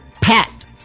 Pat